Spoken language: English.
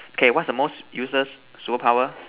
okay what is the most useless superpower